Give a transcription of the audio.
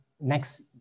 next